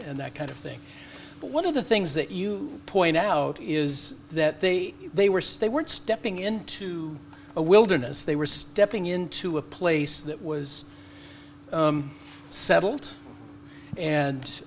that kind of thing but one of the things that you point out is that they they were stay weren't stepping into a wilderness they were stepping into a place that was settled and